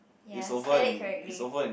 ya spell it correctly